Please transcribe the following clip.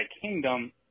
kingdom